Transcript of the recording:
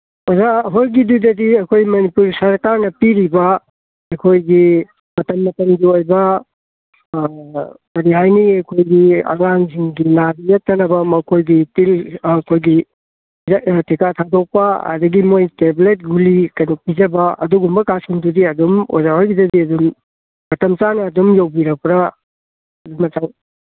ꯑꯣꯖꯥꯈꯣꯏꯒꯤꯗꯗꯤ ꯑꯩꯈꯣꯏ ꯃꯅꯤꯄꯨꯔ ꯁꯔꯀꯥꯔꯅ ꯄꯤꯔꯤꯕ ꯑꯩꯈꯣꯏꯒꯤ ꯃꯇꯝ ꯃꯇꯝꯒꯤ ꯑꯣꯏꯕ ꯀꯔꯤ ꯍꯥꯏꯅꯤ ꯑꯩꯈꯣꯏꯒꯤ ꯑꯉꯥꯡꯁꯤꯡꯒꯤ ꯅꯥꯅ ꯌꯦꯛꯇꯅꯕ ꯃꯈꯣꯏꯒꯤ ꯑꯩꯈꯣꯏꯒꯤ ꯇꯤꯀꯥ ꯊꯥꯗꯣꯛꯄ ꯑꯗꯒꯤ ꯃꯣꯏ ꯇꯦꯕ꯭ꯂꯦꯠ ꯒꯨꯂꯤ ꯀꯩꯅꯣ ꯄꯤꯖꯕ ꯑꯗꯨꯒꯨꯝꯕꯒꯁꯤꯡꯗꯨꯗꯤ ꯑꯗꯨꯝ ꯑꯣꯖꯥꯍꯣꯏꯒꯤꯗꯗꯤ ꯑꯗꯨꯝ ꯃꯇꯝ ꯆꯥꯅ ꯑꯗꯨꯝ ꯇꯧꯕꯤꯔꯛꯄ꯭ꯔꯥ ꯑꯗꯨꯃꯇꯪ